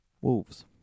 Wolves